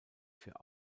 für